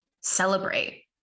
celebrate